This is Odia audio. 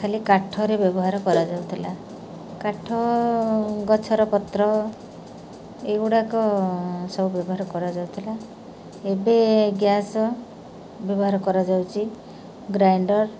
ଖାଲି କାଠରେ ବ୍ୟବହାର କରାଯାଉଥିଲା କାଠ ଗଛର ପତ୍ର ଏଗୁଡ଼ାକ ସବୁ ବ୍ୟବହାର କରାଯାଉଥିଲା ଏବେ ଗ୍ୟାସ୍ ବ୍ୟବହାର କରାଯାଉଛି ଗ୍ରାଇଣ୍ଡର୍